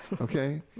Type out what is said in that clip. okay